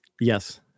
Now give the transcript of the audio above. Yes